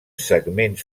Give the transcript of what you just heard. segments